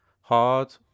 hard